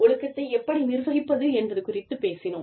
ஒழுக்கத்தை எப்படி நிர்வகிப்பது என்பது குறித்துப் பேசினோம்